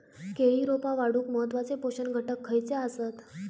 केळी रोपा वाढूक महत्वाचे पोषक घटक खयचे आसत?